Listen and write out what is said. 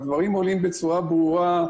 הדברים עולים בצורה ברורה.